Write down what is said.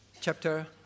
chapter